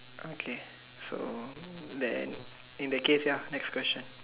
okay so then in the case ya next question